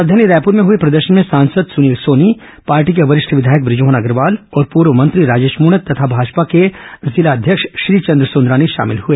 राजधानी रायपुर में हुए प्रदर्शन में सांसद सुनील सोनी पार्टी के वरिष्ठ विधायक बृजमोहन अग्रवाल और पूर्व मंत्री राजेश मृणत तथा भाजपा के जिला है अध्यक्ष श्रीचंद संदरानी शामिल हुए